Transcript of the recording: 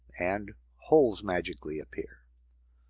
and holes magically appear.